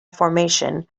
formation